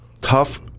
tough